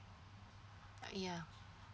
uh ya